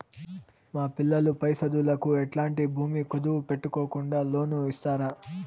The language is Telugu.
మా పిల్లలు పై చదువులకు ఎట్లాంటి భూమి కుదువు పెట్టుకోకుండా లోను ఇస్తారా